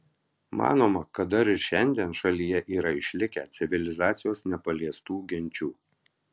manoma kad dar ir šiandien šalyje yra išlikę civilizacijos nepaliestų genčių